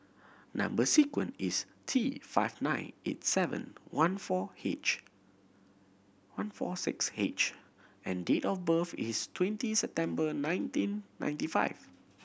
number sequence is T five nine eight seven one four H one four six H and date of birth is twenty September nineteen ninety five